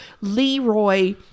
Leroy